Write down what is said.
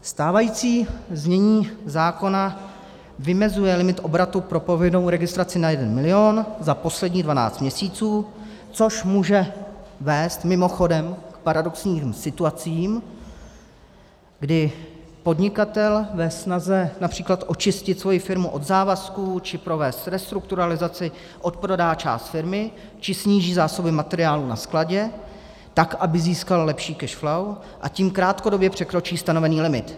Stávající znění zákona vymezuje limit obratu pro povinnou registraci na jeden milion za posledních 12 měsíců, což může vést mimochodem k paradoxním situacím, kdy podnikatel ve snaze například očistit svoji firmu od závazků či provést restrukturalizaci odprodá část firmy či sníží zásoby materiálu na skladě tak, aby získal lepší cash flow, a tím krátkodobě překročí stanovený limit.